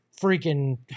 freaking